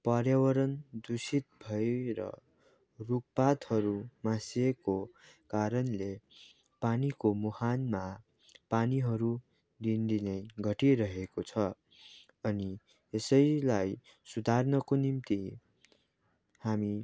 पार्यावरण दूषित भएर रुखपातहरू मासिएको कारणले पानीको मुहानमा पानीहरू दिन दिनै घटिरहेको छ अनि यसैलाई सुधार्नको निम्ति हामी